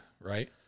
right